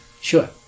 Sure